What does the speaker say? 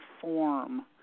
form